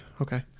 okay